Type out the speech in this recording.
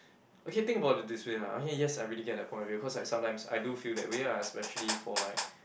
okay think about it this way lah okay yes I really get that point of view cause like sometimes I do feel that way ah especially for like